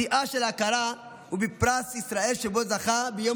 שיאה של ההכרה הוא בפרס ישראל שבו זכה ביום